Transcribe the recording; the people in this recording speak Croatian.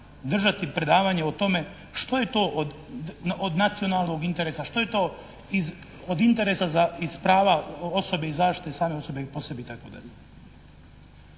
držati predavanje o tome što je to od nacionalnog interesa, što je to od interesa za iz prava osobe i zaštite same osobe po sebi itd.